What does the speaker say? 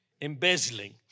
embezzling